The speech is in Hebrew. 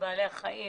ולבעלי החיים